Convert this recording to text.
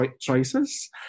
Choices